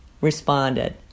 responded